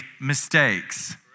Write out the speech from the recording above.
mistakes